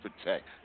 protect